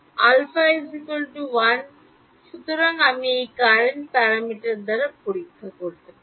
α 1 জিনিস ঠিক সুতরাং আমি এটি ক্যারেন্ট প্যারামিটার দ্বারা পরীক্ষা করতে পারি